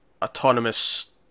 autonomous